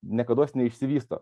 niekados neišsivysto